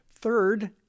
Third